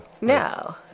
No